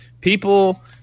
People